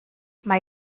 mae